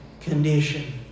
condition